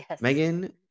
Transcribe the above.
Megan